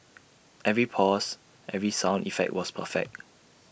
every pause every sound effect was perfect